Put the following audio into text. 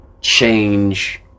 change